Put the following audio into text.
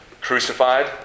crucified